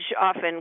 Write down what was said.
often